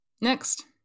Next